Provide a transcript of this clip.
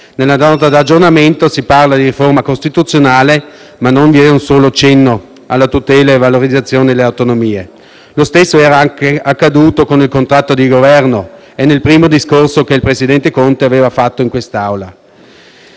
Nella Nota di aggiornamento si parla di riforma costituzionale, ma non vi è un solo cenno alla tutela e valorizzazione delle autonomie. Lo stesso è accaduto anche con il contratto di Governo e nel primo discorso che il Presidente Conte ha svolto in questa Aula.